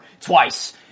twice